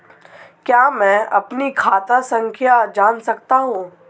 क्या मैं अपनी खाता संख्या जान सकता हूँ?